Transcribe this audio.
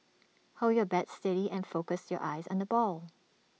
hold your bat steady and focus your eyes on the ball